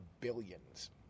billions